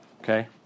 okay